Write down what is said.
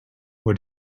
what